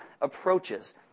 approaches